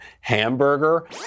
hamburger